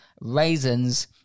raisins